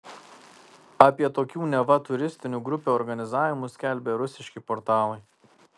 apie tokių neva turistinių grupių organizavimus skelbė rusiški portalai